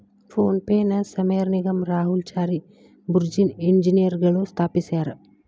phone ಪೆನ ಸಮೇರ್ ನಿಗಮ್ ರಾಹುಲ್ ಚಾರಿ ಬುರ್ಜಿನ್ ಇಂಜಿನಿಯರ್ಗಳು ಸ್ಥಾಪಿಸ್ಯರಾ